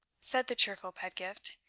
said the cheerful pedgift,